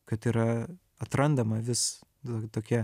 kad yra atrandama vis du tokie